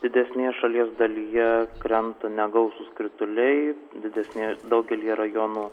didesnėje šalies dalyje krenta negausūs krituliai didesnė daugelyje rajonų